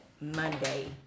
Monday